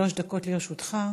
שלוש דקות לרשותך.